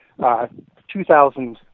2,000